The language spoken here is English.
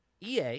EA